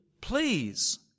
please